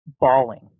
bawling